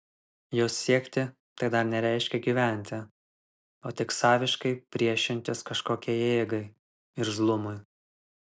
jos siekti tai dar nereiškia gyventi o tik saviškai priešintis kažkokiai jėgai irzlumui